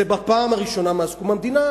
בפעם הראשונה מאז קום המדינה,